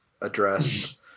address